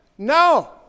No